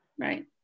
right